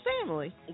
family